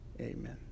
Amen